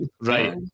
Right